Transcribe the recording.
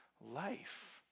life